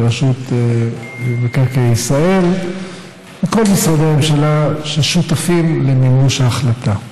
מרשות מקרקעי ישראל ומכל משרדי הממשלה ששותפים למימוש ההחלטה.